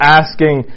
asking